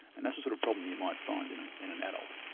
and that's the sort of problem you might find in in an adult.